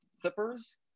clippers